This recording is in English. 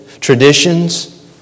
traditions